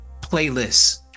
playlists